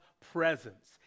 presence